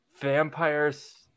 Vampires